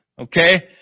Okay